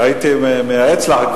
הייתי מייעץ לך,